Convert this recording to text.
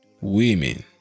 women